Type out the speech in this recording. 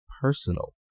personal